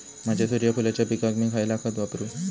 माझ्या सूर्यफुलाच्या पिकाक मी खयला खत वापरू?